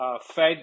Fed